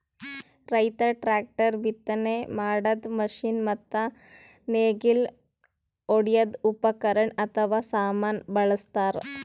ರೈತರ್ ಟ್ರ್ಯಾಕ್ಟರ್, ಬಿತ್ತನೆ ಮಾಡದ್ದ್ ಮಷಿನ್ ಮತ್ತ್ ನೇಗಿಲ್ ಹೊಡ್ಯದ್ ಉಪಕರಣ್ ಅಥವಾ ಸಾಮಾನ್ ಬಳಸ್ತಾರ್